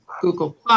google